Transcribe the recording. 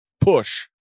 push